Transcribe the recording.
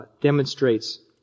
demonstrates